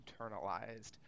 internalized